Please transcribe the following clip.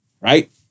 right